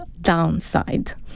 downside